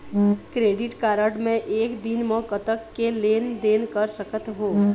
Credit card मे एक दिन म कतक के लेन देन कर सकत हो?